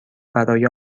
برای